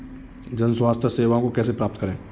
जन स्वास्थ्य सेवाओं को कैसे प्राप्त करें?